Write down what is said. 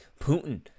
Putin